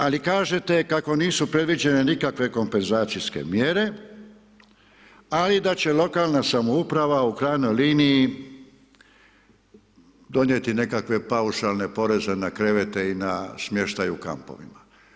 Ali kažete kako nisu predviđene nikakve kompenzacijske mjere ali i da će lokalna samouprava u krajnjoj liniji donijeti nekakve paušalne poreze na krevete i na smještaj u kampovima.